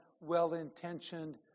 well-intentioned